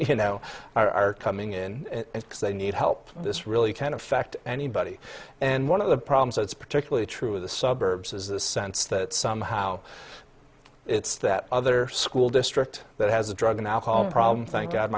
you know are coming in because they need help this really can affect anybody and one of the problems that's particularly true in the suburbs is the sense that somehow it's that other school district that has a drug and alcohol problem thank god